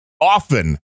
often